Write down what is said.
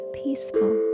peaceful